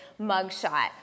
mugshot